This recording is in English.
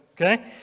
Okay